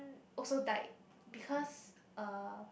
also died because uh